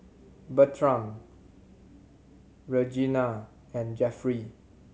Bertram Regina and Jeffry